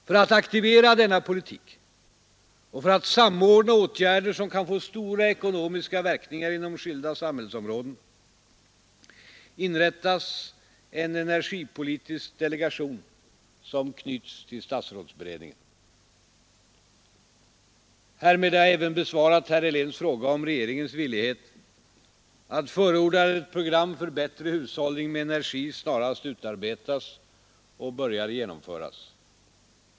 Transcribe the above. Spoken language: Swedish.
För att aktivera denna politik och för att samordna åtgäder som kan få stora ekonomiska verkningar inom skilda samhällsområden, inrättas en energipolitisk delegation som knyts till statsrådsberedningen. Härmed har jag även besvarat herr Heléns fråga om regeringens villighet att förorda att ett program för bättre hushållning med energi snarast utarbetas och börjar genomföras.